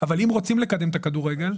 אבל אם רוצים לקדם את הכדורגל,